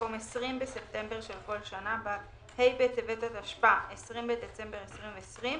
במקום "20 בספטמבר של כל שנה" בא "ה' בטבת התשפ"א (20 בדצמבר 2020)"